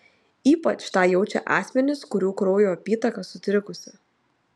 ypač tą jaučia asmenys kurių kraujo apytaka sutrikusi